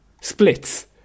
splits